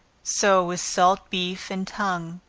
so is salt beef and tongue.